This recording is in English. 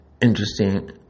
Interesting